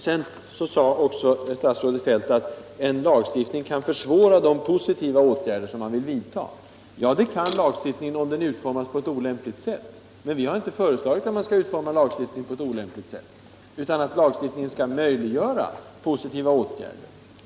Statsrådet Feldt sade också att en lagstiftning kan försvåra de positiva åtgärder man vill vidta. Ja, det kan den, om den är utformad på ett Kvinnor i statlig olämpligt sätt. Men vi har inte föreslagit att man skall utforma lagstiftningen på ett olämpligt sätt utan att lagstiftningen skall möjliggöra positiva åtgärder.